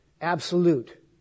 Absolute